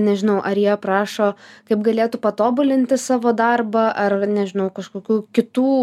nežinau ar jie aprašo kaip galėtų patobulinti savo darbą ar nežinau kažkokių kitų